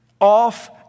off